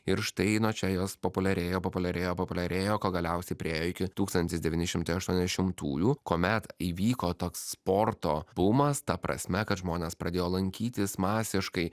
ir štai čia jos populiarėjo populiarėjo populiarėjo kol galiausiai priėjo iki tūkstantis devyni šimtai aštuoniasdešimtųjų kuomet įvyko toks sporto bumas ta prasme kad žmonės pradėjo lankytis masiškai